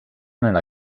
nella